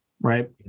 right